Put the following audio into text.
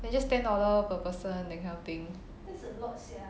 then just ten dollar per person that kind of thing